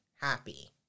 happy